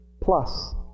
plus